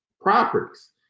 properties